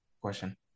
question